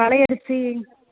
பழைய அரிசி